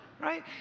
Right